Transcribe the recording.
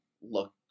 look